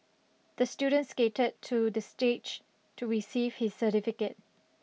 the student skated to the stage to receive his certificate